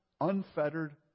unfettered